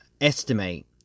estimate